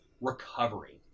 recovery